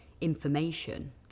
information